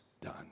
done